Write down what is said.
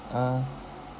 uh